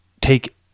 take